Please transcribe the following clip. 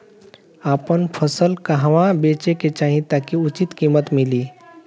आपन फसल कहवा बेंचे के चाहीं ताकि उचित कीमत मिली?